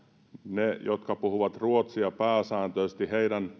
heidän jotka puhuvat ruotsia pääsääntöisesti